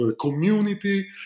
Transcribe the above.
community